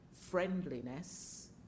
friendliness